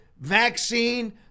vaccine